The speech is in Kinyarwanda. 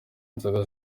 inzoga